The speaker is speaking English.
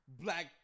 black